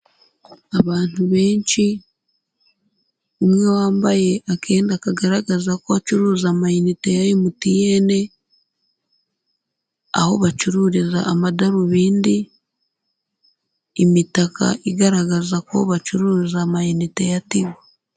Abantu benshi umwe wambaye akenda kagaragaza ko acuruza ama inite ya MTN, aho bacururiza amadarubindi, imitaka igaragaza ko bacuruza ama inite ya Tigo.